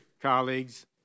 colleagues